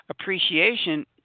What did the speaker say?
Appreciation